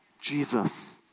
Jesus